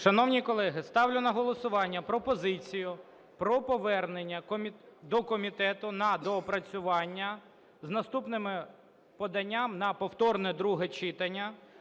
Шановні колеги, ставлю на голосування пропозицію про повернення до комітету на доопрацювання з наступним поданням на повторне друге читання